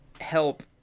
help